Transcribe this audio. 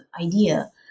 idea